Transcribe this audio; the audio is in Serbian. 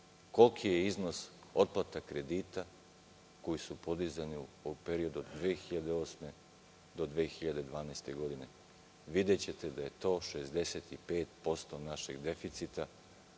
koliki je iznos otplata kredita koji su podizani u periodu od 2008. do 2012. godine, videćete da je to 65% našeg deficita,